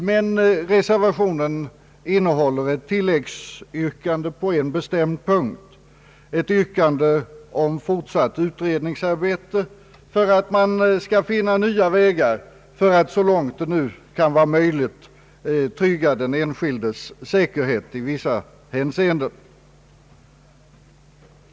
Men reservationen innehåller ett tilläggsyrkande på en bestämd punkt, ett yrkande om fortsatt utredningsarbete för att man skall finna nya vägar att så långt som möjligt trygga den enskildes säkerhet i vissa hänseenden.